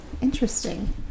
Interesting